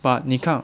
but 你看